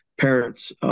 parents